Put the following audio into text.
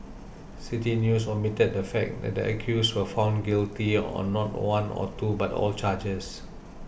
City News omitted the fact that the accused were found guilty on not one or two but all charges